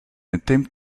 attempt